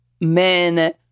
men